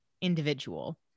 individual